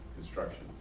construction